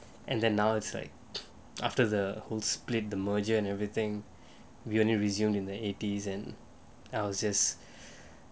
and then now it's like after the whole split the merger and everything we only resumed in the eighties and houses